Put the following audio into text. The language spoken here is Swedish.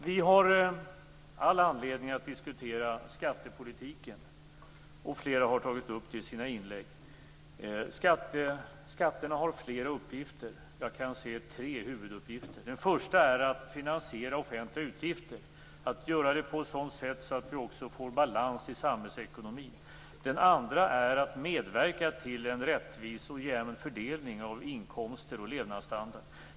Vi har all anledning att diskutera skattepolitiken, och det är flera här som har tagit upp den i sina inlägg. Skatterna har flera uppgifter, men jag kan se tre huvuduppgifter. Den första är att de skall finansiera offentliga utgifter på ett sådant sätt att det blir balans i samhällsekonomin. Den andra är att de skall medverka till en rättvis och jämn fördelning av inkomster och levnadsstandard.